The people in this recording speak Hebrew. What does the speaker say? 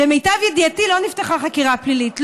למיטב ידיעתי, לא נפתחה חקירה פלילית.